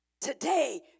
Today